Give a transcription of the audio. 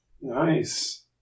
Nice